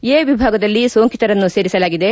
A ವಿಭಾಗದಲ್ಲಿ ಸೋಂಕಿತರನ್ನು ಸೇರಿಸಲಾಗಿದೆ